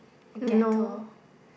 no